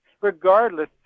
regardless